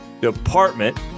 Department